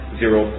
zero